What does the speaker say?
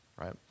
right